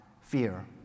fear